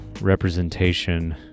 representation